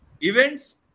events